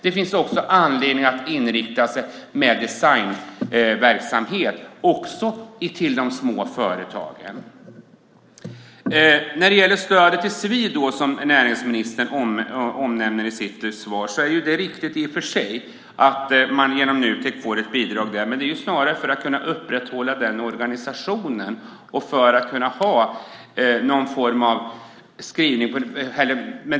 Det finns också anledning att rikta sig med designverksamhet till de små företagen. När det gäller stödet till Svid, som näringsministern nämner i sitt svar, är det riktigt i och för sig att man genom Nutek får ett bidrag. Men det är snarare för att kunna upprätthålla den organisationen.